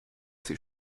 sie